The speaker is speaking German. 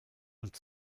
und